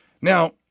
Now